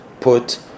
put